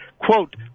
Quote